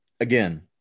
again